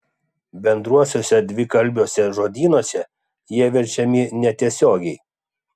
bendruosiuose dvikalbiuose žodynuose jie verčiami netiesiogiai